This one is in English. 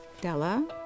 Della